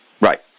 Right